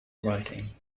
writing